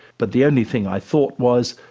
but the only thing i thought was,